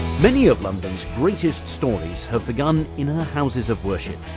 many of london's greatest stories have begun in her houses of worship,